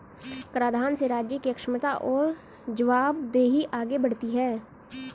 कराधान से राज्य की क्षमता और जवाबदेही आगे बढ़ती है